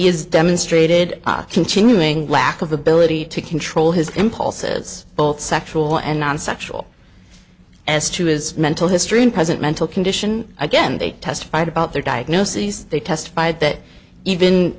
is demonstrated continuing lack of ability to control his impulses both sexual and non sexual as to his mental history and present mental condition again they testified about their diagnoses they testified that even